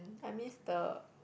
I miss the